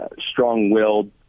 strong-willed